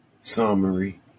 Summary